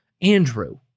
Andrew